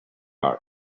are